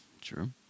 True